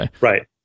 Right